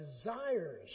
desires